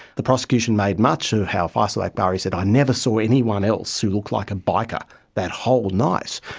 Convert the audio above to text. the prosecution made much of how faisal aakbari said i never saw anyone else who looked like a biker that whole night.